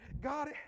God